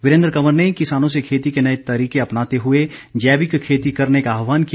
वीरेंद्र कंवर ने किसानों से खेती के नए तरीके अपनाते हुए जैविक खेती करने का आहवान किया